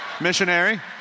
Missionary